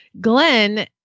glenn